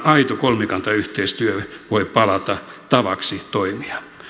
aito kolmikantayhteistyö voi palata tavaksi toimia